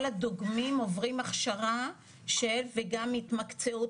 כל הדוגמים עוברים הכשרה וגם התמקצעות